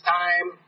time